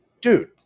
Dude